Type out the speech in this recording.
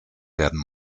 werden